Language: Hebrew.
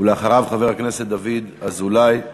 ואחריו, חבר הכנסת דוד אזולאי.